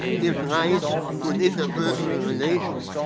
gives rites to and interpersonal relations,